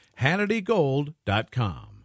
HannityGold.com